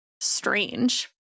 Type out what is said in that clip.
strange